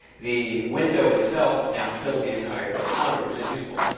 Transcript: the window itself now fills the entire monitor which is useful.